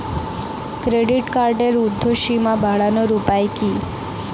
Credit কার্ডের উর্ধ্বসীমা বাড়ানোর উপায় কি?